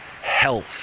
health